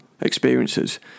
experiences